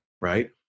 right